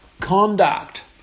conduct